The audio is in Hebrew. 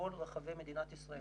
בכל רחבי מדינת ישראל.